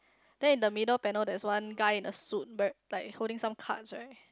then in the middle panel there is one guy in a suit red tie holding some cards right